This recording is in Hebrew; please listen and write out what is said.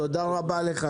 תודה רבה לך,